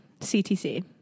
CTC